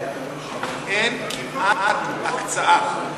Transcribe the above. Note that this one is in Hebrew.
אין כמעט הקצאה,